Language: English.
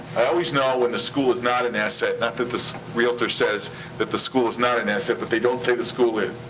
i always know when the school is not an asset. not that the realtor says that the school is not an asset, but they don't say the school is.